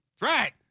Right